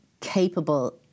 capable